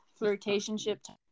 Flirtationship